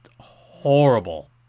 horrible